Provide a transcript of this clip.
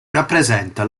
rappresenta